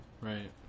Right